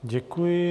Děkuji.